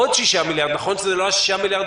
עוד 6 מיליארד נכון שזה לא ה-6 מיליארד